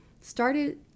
started